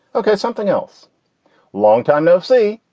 ok. something else long time no see.